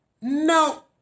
no